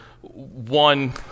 one